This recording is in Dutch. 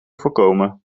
voorkomen